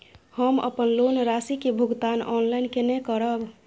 हम अपन लोन राशि के भुगतान ऑनलाइन केने करब?